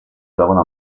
trovano